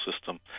system